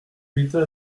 l’état